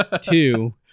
Two